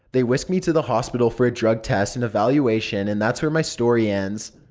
they whisk me to the hospital for a drug test and evaluation and that's where my story ends.